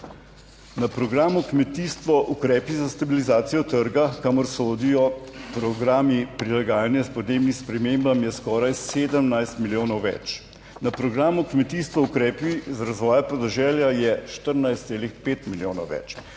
Na programu Kmetijstvo ukrepi za stabilizacijo trga, kamor sodijo programi prilagajanja podnebnim spremembam, je skoraj 17 milijonov več, na programu kmetijstvo ukrepi za razvoj podeželja je 14,5 milijonov več,